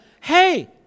Hey